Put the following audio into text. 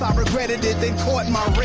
um regretted it then caught my